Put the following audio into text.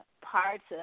parts